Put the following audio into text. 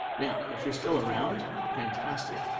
now, if you're still around, fantastic,